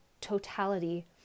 totality